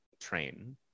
train